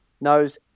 knows